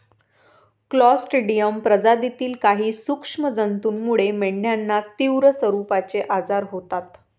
Clostridium प्रजातीतील काही सूक्ष्म जंतूमुळे मेंढ्यांना तीव्र स्वरूपाचे आजार होतात